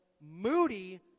moody